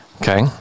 Okay